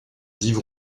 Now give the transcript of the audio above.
livres